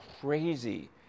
crazy